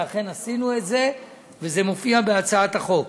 ואכן עשינו את זה וזה מופיע בהצעת החוק.